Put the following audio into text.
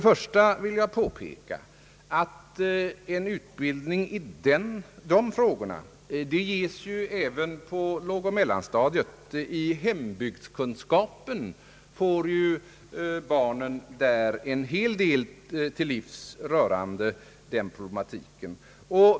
Jag vill framhålla att utbildning på detta område ges även på lågoch mellanstadiet — i hembygdskunskapen får barnen en hel del till livs rörande dessa frågor.